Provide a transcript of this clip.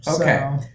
Okay